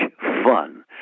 fun